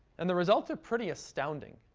and the results are pretty astounding.